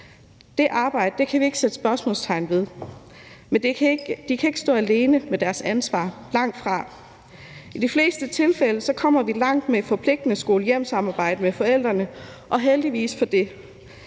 Det arbejde kan vi ikke sætte spørgsmålstegn ved. Men de kan ikke stå alene med deres ansvar, langtfra. I de fleste tilfælde kommer vi langt med et forpligtende skole-hjem-samarbejde med forældrene, og heldigvis for det.